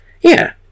Yeah